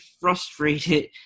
frustrated